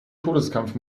todeskampf